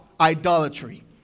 idolatry